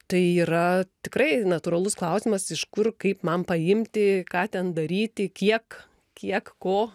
tai yra tikrai natūralus klausimas iš kur kaip man paimti ką ten daryti kiek kiek ko